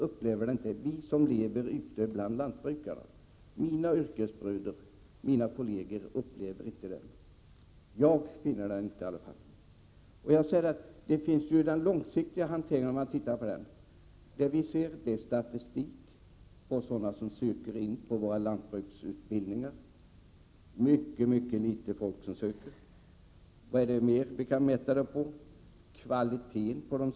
Men vi som lever ute bland lantbrukarna — jag och mina yrkesbröder — upplever det inte så. När det gäller den långsiktiga hanteringen kan vi se på statistiken. Det är mycket få sökande till våra lantbrukshögskolor. Och hur är det med kvaliteten på dem som söker?